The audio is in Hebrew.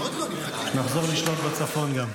שנחזור לשלוט גם בצפון.